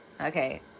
Okay